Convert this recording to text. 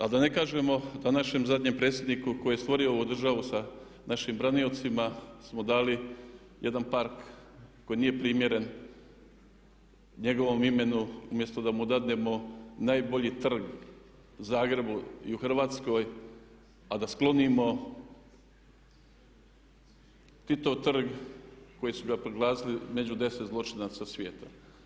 A da ne kažemo da našem zadnjem predsjedniku koji je stvorio ovu državu sa našim braniocima smo dali jedan park koji nije primjeren njegovom imenu, umjesto da mu damo najbolji trg u Zagrebu i u Hrvatskoj a da sklonimo Titov trg koji su ga proglasili među 10 zločinaca svijeta.